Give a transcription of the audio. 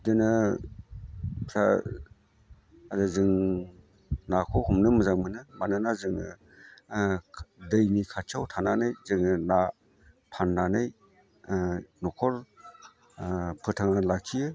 बिदिनो फ्राय जों नाखौ हमनो मोजां मोनो मानोना जोङो दैनि खाथियाव थानानै जोङो ना फाननानै न'खर फोथांना लाखियो